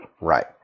right